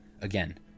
Again